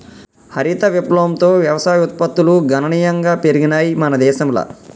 హరిత విప్లవంతో వ్యవసాయ ఉత్పత్తులు గణనీయంగా పెరిగినయ్ మన దేశంల